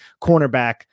cornerback